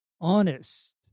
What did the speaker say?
honest